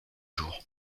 jour